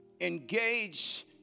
engage